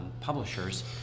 publishers